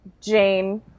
Jane